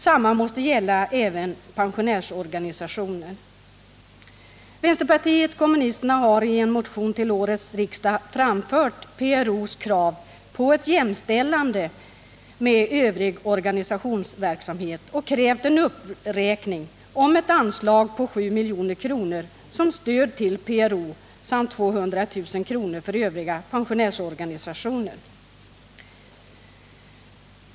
Samma måste gälla även pensionärsorganisationer. Vänsterpartiet kommunisterna har i en motion till årets riksdag framfört PRO:s krav på jämställande med övrig organisationsverksamhet och på en uppräkning av medelsanslaget. Det gäller ett anslag på 7 milj.kr. som stöd till PRO samt 200 000 kr. för övriga pensionärsorganisationer.